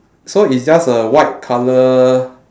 so it's just a white colour